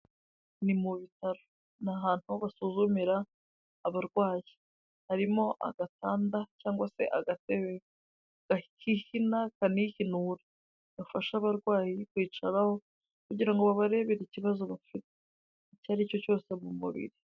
Ni mu bitaro ahantu basuzumira abarwayi harimo agatanda cyangwa se agatebe kihina kanihinura, gafasha abarwayi kwicaraho kugira ngo babarebe ikibazo bafite icyari cyo cyose mu mubiri.